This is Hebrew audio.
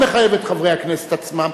המחייב את חברי הכנסת עצמם,